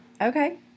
Okay